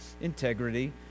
integrity